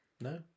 No